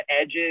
edges